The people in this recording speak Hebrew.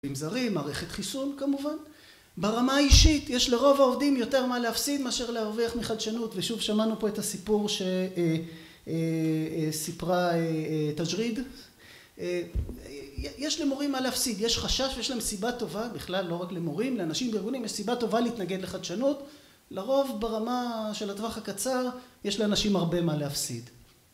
עם זרים, מערכת חיסון כמובן, ברמה האישית יש לרוב העובדים יותר מה להפסיד מאשר להרוויח מחדשנות ושוב שמענו פה את הסיפור שסיפרה תג'ריד, יש למורים מה להפסיד, יש חשש ויש להם סיבה טובה בכלל לא רק למורים, לאנשים בארגונים יש סיבה טובה להתנגד לחדשנות, לרוב ברמה של הטווח הקצר יש לאנשים הרבה מה להפסיד.